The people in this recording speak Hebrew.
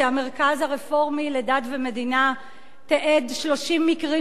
שהמרכז הרפורמי לדת ומדינה תיעד 30 מקרים